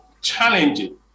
challenging